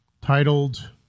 titled